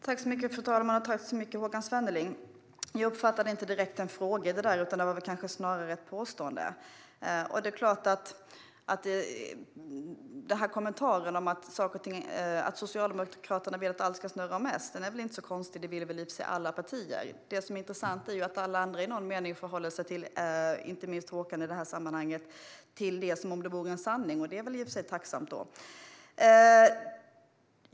Fru talman! Tack så mycket, Håkan Svenneling! Jag uppfattade inte någon direkt fråga, utan det var väl snarare ett påstående. Det är väl inte så konstigt att Socialdemokraterna vill att allt ska snurra om S, det vill väl i och för sig alla partier, att allt ska snurra kring dem. Det som är intressant är att alla andra - inte minst Håkan Svenneling - i någon mening förhåller sig till detta som om det vore en sanning, vilket i och för sig vore tacksamt.